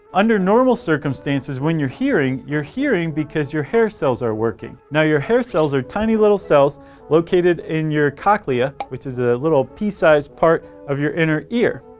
under normal circumstances when you're hearing, you're hearing because your hair cells are working. now, your hair cells are tiny, little cells located in your cochlea which is a little pea-sized part of your inner ear.